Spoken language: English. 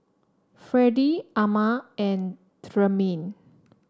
Fredie Ama and Tremaine